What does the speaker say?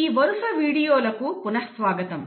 ఈ వరుస వీడియోలకు పునః స్వాగతం